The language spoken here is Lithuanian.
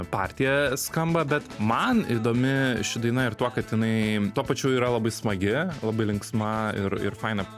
partija skamba bet man įdomi ši daina ir tuo kad jinai tuo pačiu yra labai smagi labai linksma ir ir faina